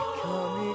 come